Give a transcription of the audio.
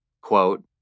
quote